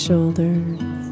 Shoulders